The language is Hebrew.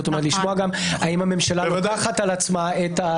לשמוע האם הממשלה לוקחת על עצמה,